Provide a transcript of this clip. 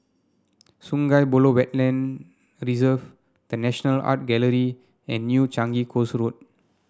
Sungei Buloh Wetland Reserve The National Art Gallery and New Changi Coast Road